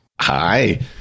Hi